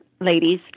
ladies